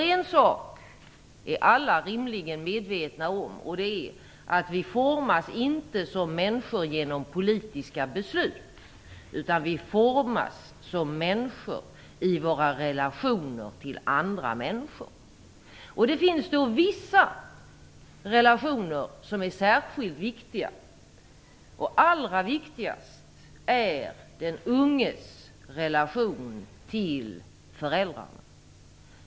En sak är alla rimligen medvetna om, och det är att vi inte formas som människor genom politiska beslut utan att vi formas som människor i våra relationer till andra människor. Det finns vissa relationer som är särskilt viktiga. Allra viktigast är den unges relation till föräldrarna.